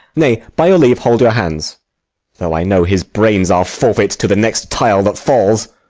nay, by your leave, hold your hands though i know his brains are forfeit to the next tile that falls.